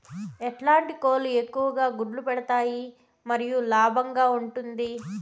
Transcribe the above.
ఎట్లాంటి కోళ్ళు ఎక్కువగా గుడ్లు పెడతాయి మరియు లాభంగా ఉంటుంది?